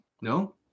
No